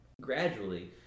gradually